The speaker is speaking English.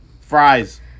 Fries